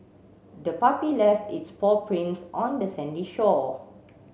the puppy left its paw prints on the sandy shore